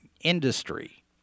industry